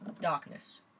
darkness